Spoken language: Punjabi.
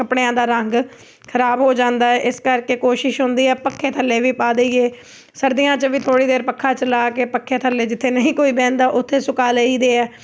ਕੱਪੜਿਆਂ ਦਾ ਰੰਗ ਖਰਾਬ ਹੋ ਜਾਂਦਾ ਇਸ ਕਰਕੇ ਕੋਸ਼ਿਸ਼ ਹੁੰਦੀ ਹੈ ਪੱਖੇ ਥੱਲੇ ਵੀ ਪਾ ਦਈਏ ਸਰਦੀਆਂ 'ਚ ਵੀ ਥੋੜ੍ਹੀ ਦੇਰ ਪੱਖਾ ਚਲਾ ਕੇ ਪੱਖੇ ਥੱਲੇ ਜਿੱਥੇ ਨਹੀਂ ਕੋਈ ਬਹਿੰਦਾ ਉੱਥੇ ਸੁਕਾ ਲਈਦੇ ਆ